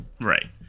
Right